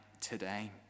today